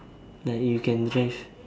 like you can drive